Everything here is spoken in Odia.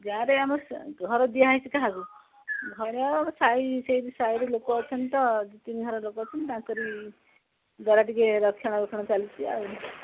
ଗାଁ'ରେ ଆମ ଘର ଦିଆହେଇଛି କାହାକୁ ଘର ସେଇ ସାହିରେ ଲୋକ ଅଛନ୍ତି ତ ଦୁଇ ତିନି ଘର ଲୋକ ଅଛନ୍ତି ତାଙ୍କରି ଦ୍ୱାରା ଟିକେ ରକ୍ଷଣା ବେକ୍ଷଣ ଚାଲିଛି ଆଉ